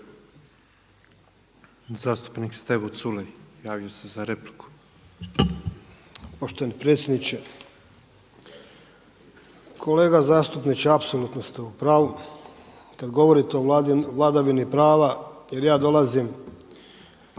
Zastupnik Stevo Culej javio se za repliku.